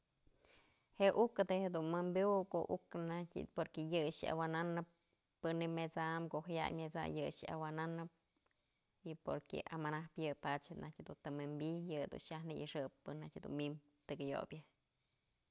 Je uk da jedun wi'inpywëp ko'o uk najtyë porque yë awananëp pën ji'im met'sam ko'o jaya'ay myet'sany awananap porque amanap yë padyë anajtë dun të wi'inpiy yëdun xaj na'ixëp pën najtyë dun mim tekëyobyë.